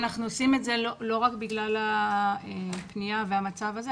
אנחנו עושים את זה לא רק בגלל הפנייה והמצב הזה,